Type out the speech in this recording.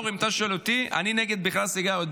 אני בכלל נגד סיגריות,